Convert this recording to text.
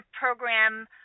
program